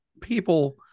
people